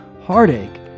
heartache